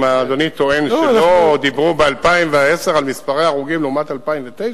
אם אדוני טוען שלא דיברו ב-2010 על מספרי ההרוגים לעומת 2009?